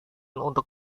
untuk